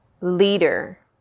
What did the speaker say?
leader